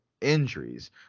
injuries